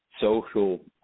social